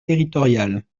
territoriales